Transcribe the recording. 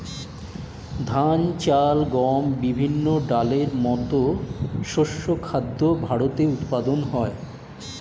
ধান, চাল, গম, বিভিন্ন ডালের মতো শস্য খাদ্য ভারতে উৎপাদন হয়